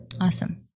Awesome